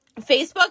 Facebook